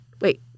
Wait